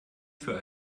für